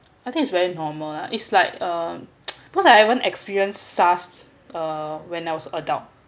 I think it's very normal lah is like um because I haven't experienced SARS uh when I was adult